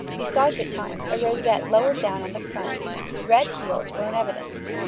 besides, at times, a rosette lower down on the front red heels were in evidence.